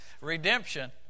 redemption